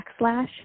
backslash